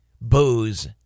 booze